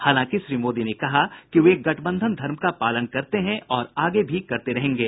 हालांकि श्री मोदी ने कहा कि वे गठबंधन धर्म का पालन करते हैं और आगे भी करते रहेंगे